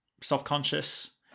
self-conscious